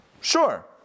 sure